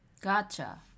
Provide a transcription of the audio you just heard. Gotcha